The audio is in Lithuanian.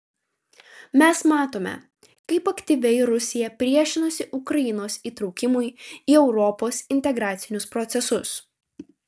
mes matome kaip aktyviai rusija priešinasi ukrainos įtraukimui į europos integracinius procesus